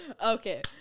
okay